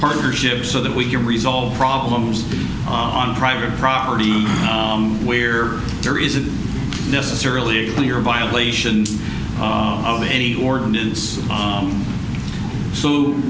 partnerships so that we can resolve problems on private property where there isn't necessarily a clear violation of any ordinance